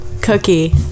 Cookie